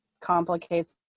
complicates